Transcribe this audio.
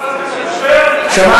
זה חוק אישי של חבר הכנסת שטרן נגד הרב פרץ.